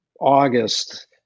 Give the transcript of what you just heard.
August